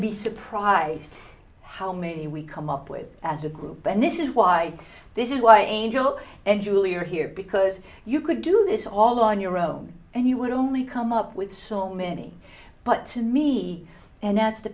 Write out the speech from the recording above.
be surprised how many we come up with as a group and this is why this is why angel and julie are here because you could do this all on your own and you would only come up with so many but to me and that's the